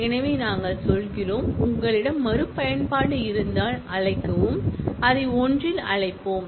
எனவே நாங்கள் சொல்கிறோம் உங்களிடம் மறுபயன்பாடு இருந்தால் அழைக்கவும் அதை ஒன்றில் அழைப்போம்